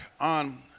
on